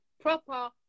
proper